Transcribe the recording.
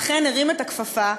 אכן הרים את הכפפה,